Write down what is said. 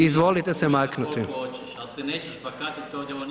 Izvolite se maknuti.